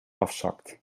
afzakt